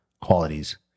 qualities